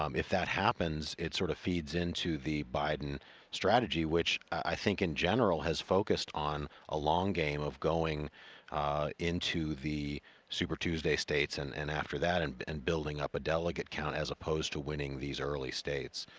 um if that happens it sort of feeds into the biden strategy which i think in general has focused on a long game of going into the super tuesday states. and and after that and and building up a delegate count as opposed to winning these early states.